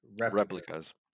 Replicas